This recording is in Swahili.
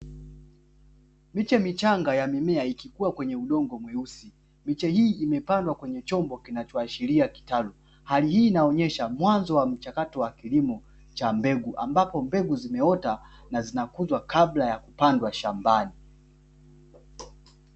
Miche michanga ya mimea ikikua kwenye udongo mweusi, miche hii imepandwa kwenye chombo kinachoashiria kitalu, hali hii inaonesha mwanzo wa mchakato wa kilimo cha mbegu ambapo mbegu zimeota, na zinakuzwa kabla ya kupandwa shambani.